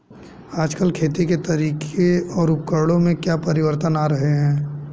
आजकल खेती के तरीकों और उपकरणों में क्या परिवर्तन आ रहें हैं?